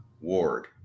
ward